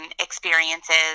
experiences